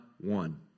one